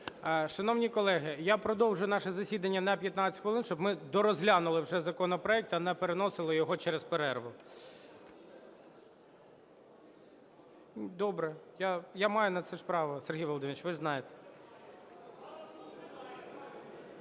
Шановні колеги, я продовжу наше засідання на 15 хвилин, щоб ми дорозглянули вже законопроект та не переносили його через перерву. Добре. Я маю на це ж право, Сергій Володимирович, ви ж знаєте.